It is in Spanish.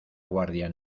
guardia